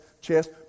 chest